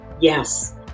Yes